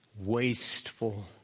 wasteful